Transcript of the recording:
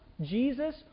Jesus